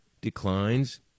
declines